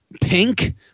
Pink